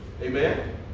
Amen